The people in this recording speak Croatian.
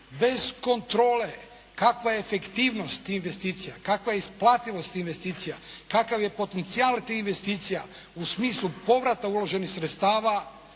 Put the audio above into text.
bez kontrole kakva je efektivnost tih investicija, kakva je isplativost tih investicija, kakav je potencijal tih investicija u smislu povrata uloženih sredstava